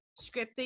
scripting